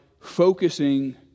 focusing